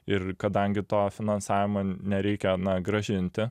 ir kadangi to finansavimo nereikia na grąžinti